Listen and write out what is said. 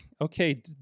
okay